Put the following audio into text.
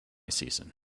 season